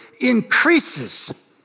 increases